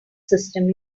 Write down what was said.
system